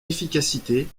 efficacité